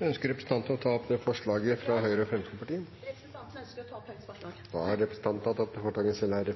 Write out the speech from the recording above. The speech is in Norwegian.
Ønsker representanten å ta opp forslaget fra Høyre og Fremskrittspartiet? Ja, representanten ønsker å ta opp forslaget fra Høyre og Fremskrittspartiet. Representanten Bente Stein Mathisen har da tatt opp det forslaget hun